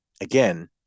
again